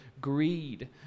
Greed